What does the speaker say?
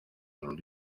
sus